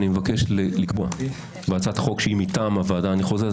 אני מבקש לקבוע בהצעת חוק שהיא מטעם הוועדה אני חוזר,